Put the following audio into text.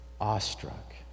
awestruck